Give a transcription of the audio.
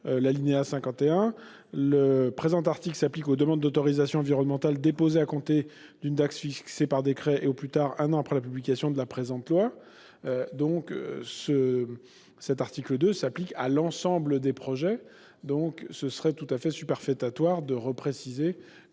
rédigé :« Le présent article s'applique aux demandes d'autorisation environnementale déposées à compter d'une date fixée par décret, et au plus tard un an après la publication de la présente loi. » Cela signifie que l'article 2 s'applique à l'ensemble des projets. Il est donc superfétatoire de préciser